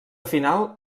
final